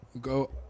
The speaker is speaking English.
Go